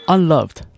Unloved